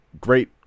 great